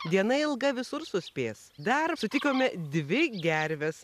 diena ilga visur suspės dar sutikome dvi gerves